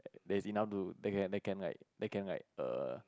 there's enough to they can they can they can right err